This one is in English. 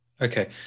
Okay